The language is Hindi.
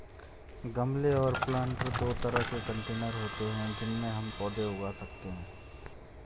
गमले और प्लांटर दो तरह के कंटेनर होते है जिनमें हम पौधे उगा सकते है